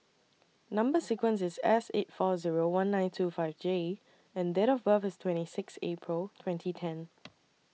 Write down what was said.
Number sequence IS S eight four Zero one nine two five J and Date of birth IS twenty six April twenty ten